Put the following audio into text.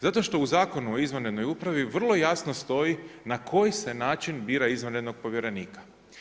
Zato što u Zakonu o izvanrednoj upravi vrlo jasno stoji n koji se način bora izvanrednog povjerenika.